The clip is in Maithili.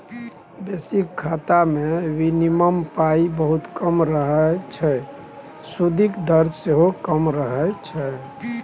बेसिक खाता मे मिनिमम पाइ बहुत कम रहय छै सुदिक दर सेहो कम रहय छै